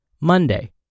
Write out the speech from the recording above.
Monday